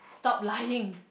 stop lying